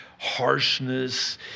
harshness